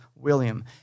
William